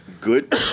good